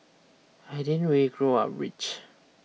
I didn't really grow up rich